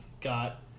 got